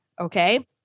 okay